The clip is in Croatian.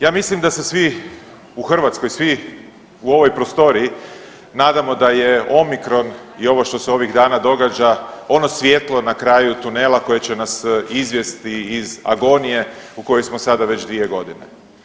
Ja mislim da se svi u Hrvatskoj, svi u ovoj prostoriji nadamo da je omikron i ovo što se ovih dana događa ono svjetlo na kraju tunela koje će nas izvesti iz agonije u kojoj smo sada već 2.g.